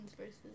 versus